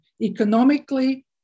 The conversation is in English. economically